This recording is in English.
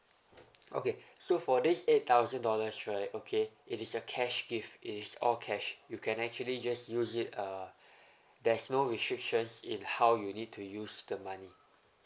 okay so for this eight thousand dollars right okay it is a cash gift it is all cash you can actually just use it uh there's no restrictions in how you need to use the money